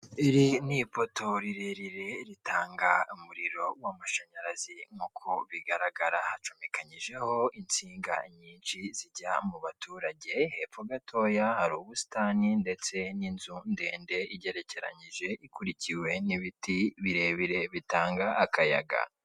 Iri ni ipoto rirerire ritanga umuriro w'amashanyarazi nk'uko bigaragara hacomekanyijeho insinga nyinshi zijya mubaturage, hepfo gatoya hari ubusitani ndetse n'inzu ndende igerekeranyije, ikurikiwe n'ibiti birebire bitanga akayaga.